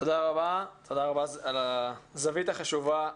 תודה רבה על הזווית החשובה.